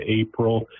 April